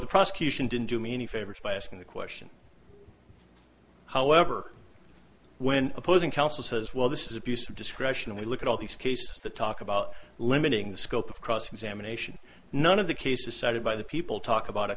the prosecution didn't do me any favors by asking the question however when opposing counsel says well this is abuse of discretion we look at all these cases the talk about limiting the scope of cross examination none of the cases cited by the people talk about a